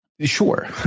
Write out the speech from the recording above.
Sure